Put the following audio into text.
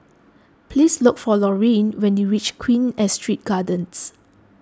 please look for Laureen when you reach Queen Astrid Gardens